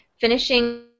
finishing